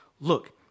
look